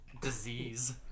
disease